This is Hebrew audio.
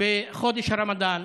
בחודש הרמדאן,